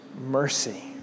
mercy